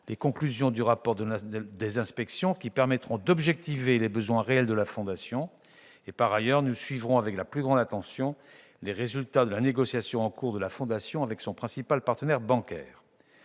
les conclusions du rapport des trois inspections, qui permettront d'objectiver les besoins réels de la fondation. Par ailleurs, nous suivrons avec la plus grande attention les résultats de la négociation en cours entre celle-ci et son principal partenaire bancaire.